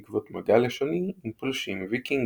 בעקבות מגע לשוני עם פולשים ויקינגים.